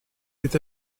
est